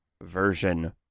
version